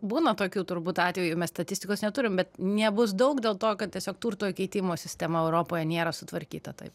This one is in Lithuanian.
būna tokių turbūt atvejų mes statistikos neturim bet nebus daug dėl to kad tiesiog turto įkeitimo sistema europoje nėra sutvarkyta taip